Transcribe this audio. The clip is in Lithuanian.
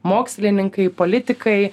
mokslininkai politikai